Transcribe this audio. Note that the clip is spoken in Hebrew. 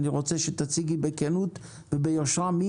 אני רוצה שתציגי בכנות וביושרה מי